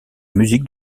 musique